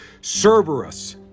Cerberus